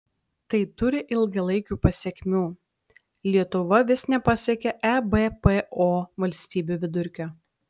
tai turi ilgalaikių pasekmių lietuva vis nepasiekia ebpo valstybių vidurkio